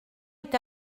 est